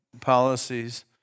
policies